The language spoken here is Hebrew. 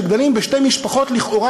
שגדלים בשתי משפחות שונות לכאורה,